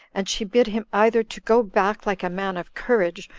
and she bid him either to go back like a man of courage,